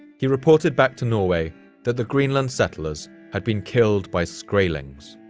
he reported back to norway that the greenland settlers had been killed by skraelings,